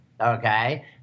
okay